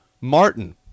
Martin